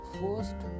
first